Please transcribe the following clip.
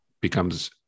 becomes